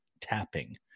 tapping